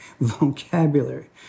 vocabulary